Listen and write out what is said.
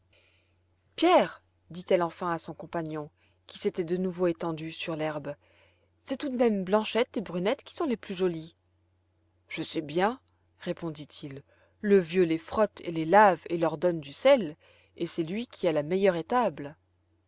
pierre dit-elle enfin à son compagnon qui s'était de nouveau étendu sur l'herbe c'est tout de même blanchette et brunette qui sont les plus jolies je sais bien répondit-il le vieux les frotte et les lave et leur donne du sel et c'est lui qui a la meilleure étable